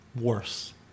Worse